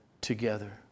together